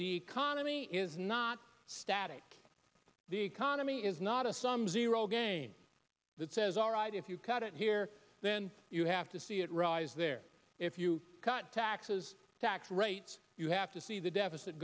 the economy is not static the economy is not a sum zero game that says all right if you cut it here then you have to see it rise there if you cut taxes tax rates you have to see the deficit